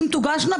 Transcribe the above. אם תוגשנה,